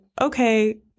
okay